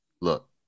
look